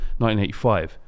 1985